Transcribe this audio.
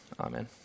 Amen